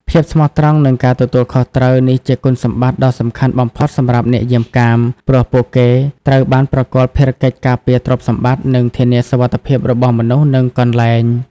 ភាពស្មោះត្រង់ និងការទទួលខុសត្រូវ នេះជាគុណសម្បត្តិដ៏សំខាន់បំផុតសម្រាប់អ្នកយាមកាម ព្រោះពួកគេត្រូវបានប្រគល់ភារកិច្ចការពារទ្រព្យសម្បត្តិ និងធានាសុវត្ថិភាពរបស់មនុស្ស និងកន្លែង។